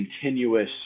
continuous